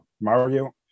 Mario